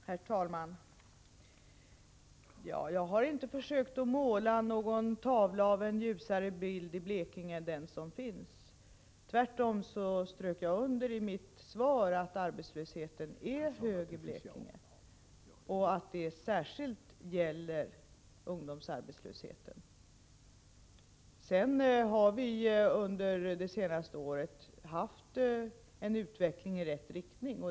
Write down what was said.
Herr talman! Jag har inte försökt måla en ljusare bild av situationen i Blekinge än den som verkligen finns. Tvärtom strök jag i mitt svar under att arbetslösheten är hög i Blekinge och att detta särskilt gäller ungdomsarbetslösheten. Vi har dock under det senaste året haft en utveckling i rätt riktning.